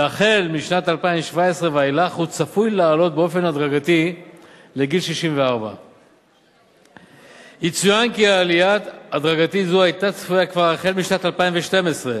והחל משנת 2017 ואילך הוא צפוי לעלות באופן הדרגתי לגיל 64. יצוין כי עלייה הדרגתית זו היתה צפויה כבר החל משנת 2012,